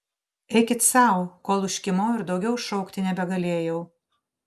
eikit sau kol užkimau ir daugiau šaukti nebegalėjau